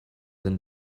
than